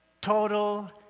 total